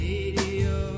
Radio